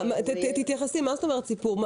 מה זאת אומרת סיפור?